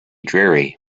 dreary